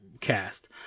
cast